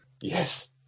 Yes